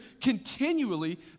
continually